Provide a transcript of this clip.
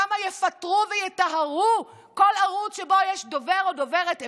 כמה יפטרו ויטהרו כל ערוץ שבו יש דובר או דוברת אמת,